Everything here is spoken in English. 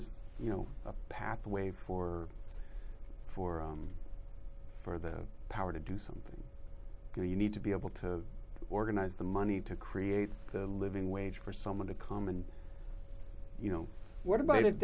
is you know a pathway for for for the power to do something you need to be able to organize the money to create a living wage for someone to come and you know what about it